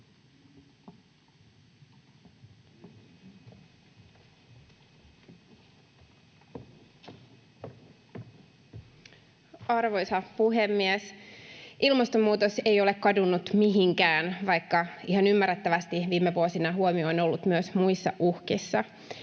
Arvoisa puhemies! Ilmastonmuutos ei ole kadonnut mihinkään, vaikka ihan ymmärrettävästi viime vuosina huomio on ollut myös muissa uhkissa.